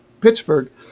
Pittsburgh